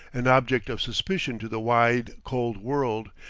an object of suspicion to the wide cold world,